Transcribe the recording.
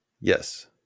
Yes